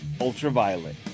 Ultraviolet